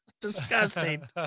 Disgusting